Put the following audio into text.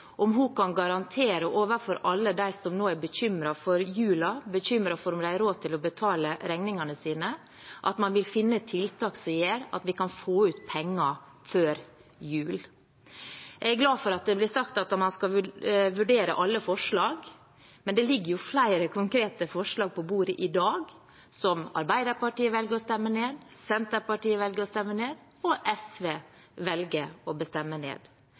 om hun kan garantere overfor alle de som nå er bekymret for jula, og for om de har råd til å betale regningene sine, at man vil finne tiltak som gjør at vi kan få ut penger før jul. Jeg er glad for at det blir sagt at man skal vurdere alle forslag, men det ligger flere konkrete forslag på bordet i dag som Arbeiderpartiet velger å stemme ned, som Senterpartiet velger å stemme ned, og som SV velger å stemme ned.